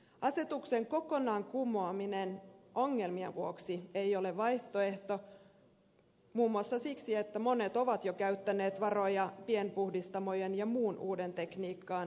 asetuksen kokonaan kumoaminen ongelmien vuoksi ei ole vaihtoehto muun muassa siksi että monet ovat jo käyttäneet varoja pienpuhdistamojen ja muun uuden tekniikan hankintaan